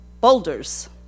boulders